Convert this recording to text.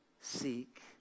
seek